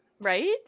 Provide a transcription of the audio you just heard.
Right